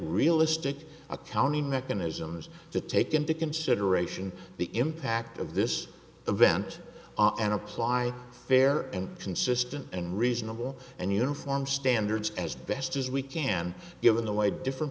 realistic a cow any mechanisms to take into consideration the impact of this event and apply fair and consistent and reasonable and uniform standards as best as we can given the way different